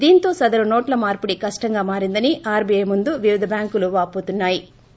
దీంతో సదరు నోట్ల మార్పిడి కష్టంగా మారిందని ఆర్బీఐ ముందు వివిధ బ్యాంకులు వావోతున్నా యి